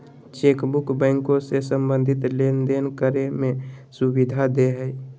chequebook बैंको से संबंधित लेनदेन करे में सुविधा देय हइ